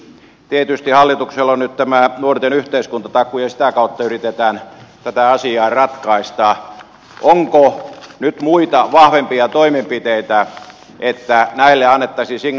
tietysti hallituksella näyttämään nuorten yhteiskuntatakuu josta kautta yritetään tätä asiaa ratkaista onko nyt muita vahvempia toimenpiteitä että heillä on väkisin